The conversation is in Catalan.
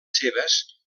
seves